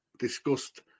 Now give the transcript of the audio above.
Discussed